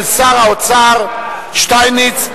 של שר האוצר שטייניץ,